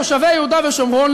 תושבי יהודה ושומרון,